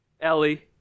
Ellie